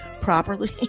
properly